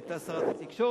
היתה שרת התקשורת,